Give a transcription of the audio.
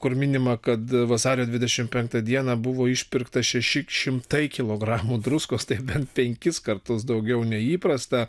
kur minima kad vasario dvidešimt penktą dieną buvo išpirkta šeši šimtai kilogramų druskos tai bent penkis kartus daugiau nei įprasta